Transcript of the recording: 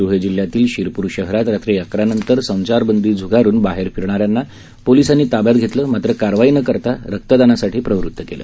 ध्वळे जिल्ह्यातील शिरपूर शहरात रात्री अकरा नंतर संचारबंदी झुगारून बाहेर शिरणाऱ्यांना पोलिसांनी ताब्यात घेतलं मात्र कारवाई न करता रक्तदानासाठी प्रवृत केलं